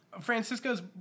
Francisco's